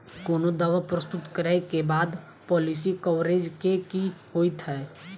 कोनो दावा प्रस्तुत करै केँ बाद पॉलिसी कवरेज केँ की होइत?